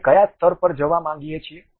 આપણે કયા સ્તર પર જવા માંગીએ છીએ